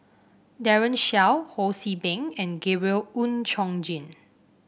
Daren Shiau Ho See Beng and Gabriel Oon Chong Jin